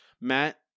Matt